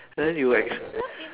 then you ex~